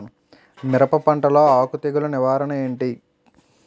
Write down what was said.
మిరప పంటలో ఆకు తెగులు నివారణ ఏంటి?